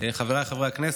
חבריי חברי הכנסת,